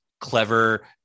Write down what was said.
clever